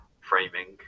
framing